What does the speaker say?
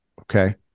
Okay